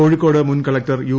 കോഴിക്കോട് മുൻ കലകൂർ യു